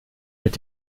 mit